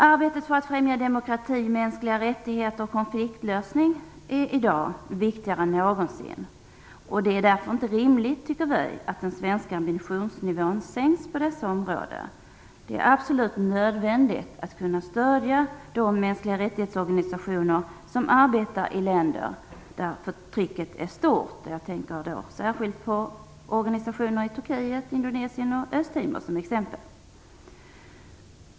Arbetet för att främja demokrati, mänskliga rättigheter och konfliktlösning är i dag viktigare än någonsin. Det är därför inte rimligt, tycker vi, att den svenska ambitionsnivån sänks på dessa områden. Det är absolut nödvändigt att kunna stödja de mänskliga rättighetsorganisationer som arbetar i länder där förtrycket är stort. Jag tänker särskilt på organisationer i t.ex. Turkiet, Indonesien och Östtimor.